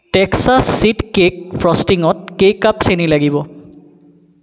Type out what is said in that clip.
Texas sheet cake ফ্র'ষ্টিংত কেই cup চেনি লাগিব